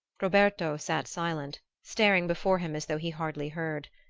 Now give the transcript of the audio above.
roberto sat silent, staring before him as though he hardly heard.